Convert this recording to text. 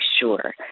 sure